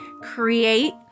Create